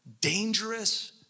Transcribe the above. dangerous